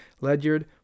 Ledyard